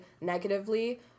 negatively